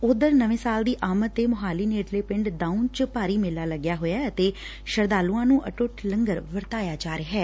ਓਧਰ ਨਵੇ ਸਾਲ ਦੀ ਆਮਦ ਤੇ ਮੋਹਾਲੀ ਨੇੜਲੇ ਪਿੰਡ ਦਾਊ ਚ ਭਾਰੀ ਮੇਲਾ ਲੱਗਾ ਹੋਇਐ ਅਤੇ ਸ਼ਰਧਾਲੁਆਂ ਨੂੰ ਅਟੁੱਟ ਲੰਗਰ ਵਰਤਾਇਆ ਜਾ ਰਿਹੈ